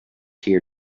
here